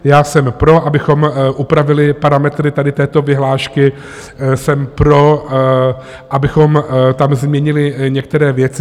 Já jsem pro, abychom upravili parametry tady této vyhlášky, jsem pro, abychom tam změnili některé věci.